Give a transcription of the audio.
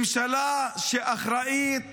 ממשלה שאחראית